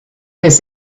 this